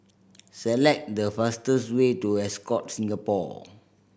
select the fastest way to Ascott Singapore